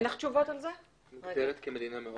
נראה לי שקפריסין היא לא ירוקה.